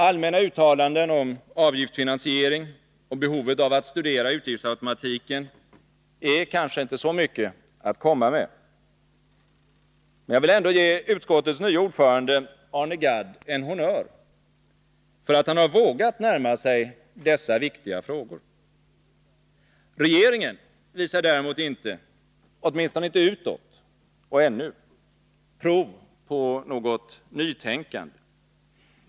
Allmänna uttalanden om avgiftsfinansiering och behovet av att studera utgiftsautomatiken är kanske inte så mycket att komma med. Men jag vill ändå ge utskottets nye ordförande Arne Gadd en honnör för att han har vågat närma sig dessa viktiga frågor. Regeringen visar däremot inte — åtminstone inte utåt eller ännu — prov på något nytänkande.